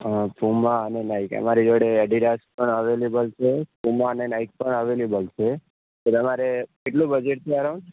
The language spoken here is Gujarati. હં પુમા અને નાઇક એ મારી જોડે એડીદાસ પણ અવેલેબલ છે પુમા અને નાઇક પણ અવેલેબલ છે તો તમારે કેટલું બજેટ છે અરાઉંડ